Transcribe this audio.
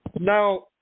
Now